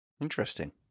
Interesting